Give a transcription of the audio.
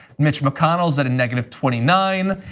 mitch mcconnell's at a negative twenty nine.